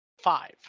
five